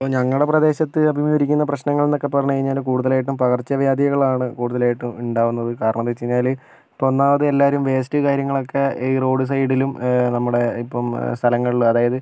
അപ്പം ഞങ്ങളുടെ പ്രദേശത്ത് അഭിമുഖീകരിക്കുന്ന പ്രശ്നങ്ങൾ എന്നൊക്കെ പറഞ്ഞു കഴിഞ്ഞാല് കൂടുതലായിട്ടും പകർച്ച വ്യാധികളാണ് കൂടുതലായിട്ടും ഉണ്ടാകുന്നത് കാരണമെന്ന് വെച്ചു കഴിഞ്ഞാല് ഇപ്പം ഒന്നാമത് എല്ലാരും വേസ്റ്റ് കാര്യങ്ങളൊക്കെ ഈ റോഡ് സൈഡിലും നമ്മുടെ ഇപ്പം സ്ഥലങ്ങളിലും അതായത്